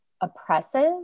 oppressive